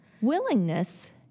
Willingness